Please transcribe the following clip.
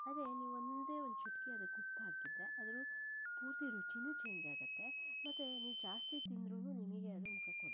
ಅದೇ ನೀವು ಒಂದೇ ಒಂದು ಚಿಟಿಕೆ ಅದಕ್ಕೆ ಉಪ್ಪು ಹಾಕಿದ್ದೆ ಅದರೂ ಪೂರ್ತಿ ರುಚೀನು ಚೇಂಜ್ ಆಗತ್ತೆ ಮತ್ತೆ ನೀವು ಜಾಸ್ತಿ ತಿಂದರೂನು ನಿಮಗೆ ಅದು ಮುಖಕ್ಕೆ ಹೊಡೆದಂಗೆ ಅನ್ಸೋಲ್ಲ